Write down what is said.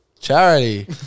charity